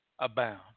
abound